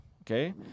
Okay